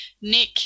Nick